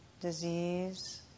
disease